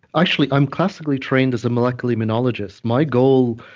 actually, i'm classically trained as a molecular immunologist. my goal.